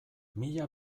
mila